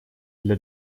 для